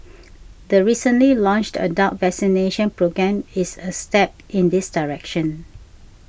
the recently launched adult vaccination programme is a step in this direction